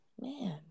Man